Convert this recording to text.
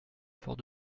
fort